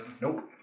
Nope